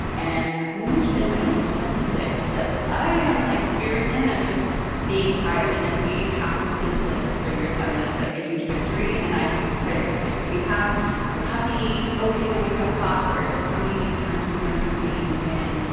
and as i mentioned in my oldest child is six. so i am like years and i'm just being tired and if we happen to sleep till like six thirty or seven it's like a huge victory. and i've tried everything. we have the puppy. okay to wake up clock where its tummy turns from red to green when